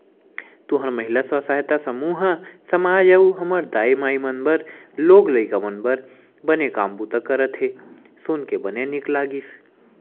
तुंहर महिला स्व सहायता समूह ह समाज अउ हमर दाई माई मन बर लोग लइका मन बर बने काम बूता करत हे सुन के बने नीक लगिस